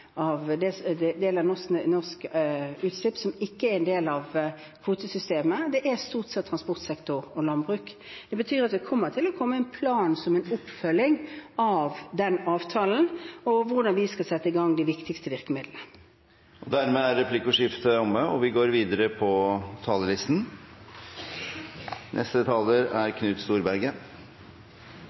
kvotesystemet, stort sett er i transportsektoren og i landbruket. Det betyr at det vil komme en plan – som en oppfølging av den avtalen – over hvordan vi skal sette i gang de viktigste virkemidlene. Dermed er replikkordskiftet omme. De talere som heretter får ordet, har en taletid på inntil 3 minutter. Den økonomiske situasjonen i Norge er